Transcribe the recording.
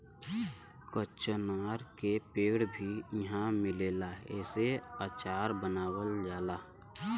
कचनार के पेड़ भी इहाँ मिलेला एसे अचार बनावल जाला